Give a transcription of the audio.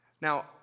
Now